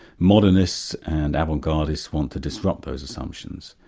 modernists and avant gardists want to disrupt those assumptions.